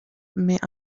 met